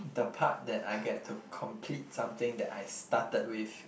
the part that I get to complete something that I started with